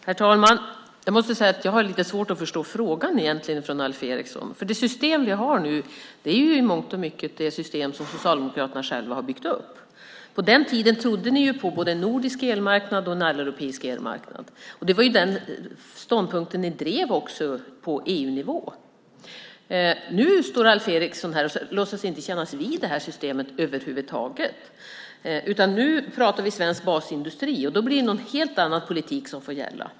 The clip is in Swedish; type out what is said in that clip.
Herr talman! Jag måste säga att jag har lite svårt att förstå frågan från Alf Eriksson, för det system vi har nu är i mångt och mycket det system som Socialdemokraterna själva har byggt upp. På den tiden trodde ni ju på både en nordisk elmarknad och en alleuropeisk elmarknad. Det var också den ståndpunkten ni drev på EU-nivå. Nu står Alf Eriksson här och låtsas inte kännas vid det här systemet över huvud taget. Nu pratar vi svensk basindustri, och då blir det en helt annan politik som får gälla.